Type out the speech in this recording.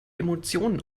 emotionen